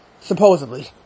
supposedly